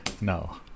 no